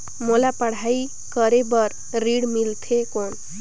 मोला पढ़ाई करे बर ऋण मिलथे कौन?